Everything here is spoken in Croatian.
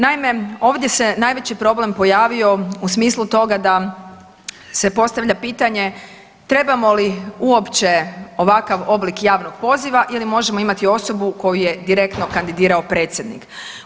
Naime, ovdje se najveći problem pojavio u smislu toga da se postavlja pitanje trebamo li uopće ovakav oblik javnog poziva ili možemo imati osobu koju je direktno kandidirao predsjednik.